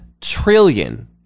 trillion